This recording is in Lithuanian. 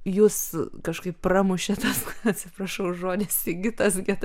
jus kažkaip pramušė tas atsiprašau už žodį sigitas geda